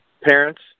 Parents